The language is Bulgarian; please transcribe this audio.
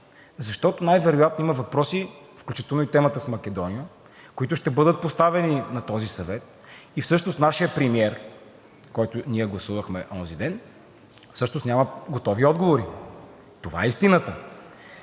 Защото най-вероятно има въпроси, включително и темата с Македония, които ще бъдат поставени на този съвет, и всъщност нашият премиер, който ние гласувахме онзи ден, няма готови отговори. Това е истината.